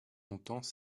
longtemps